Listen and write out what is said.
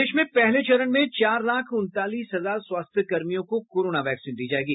प्रदेश में पहले चरण में चार लाख उनतालीस हजार स्वास्थ्य कर्मियों को कोरोना वैक्सीन दी जाएगी